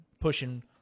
pushing